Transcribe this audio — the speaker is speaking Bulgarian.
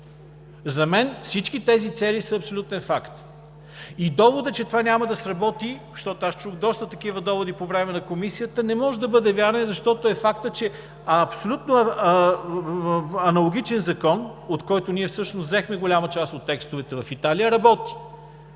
За мен всички тези цели са абсолютен факт. И доводът, че това няма да сработи, защото аз чух доста такива доводи по време на Комисията, не може да бъде вярно, защото е факт, че абсолютно аналогичен Закон, от който ние всъщност взехме голяма част от текстовете, в Италия работи.